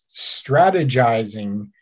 strategizing